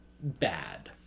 bad